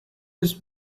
his